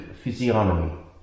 physiognomy